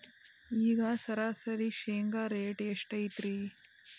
ಈಗ ಸರಾಸರಿ ಶೇಂಗಾ ರೇಟ್ ಎಷ್ಟು ಐತ್ರಿ?